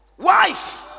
wife